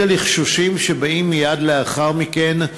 את הלחשושים שבאים מייד לאחר מכן,